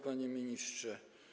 Panie Ministrze!